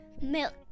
milk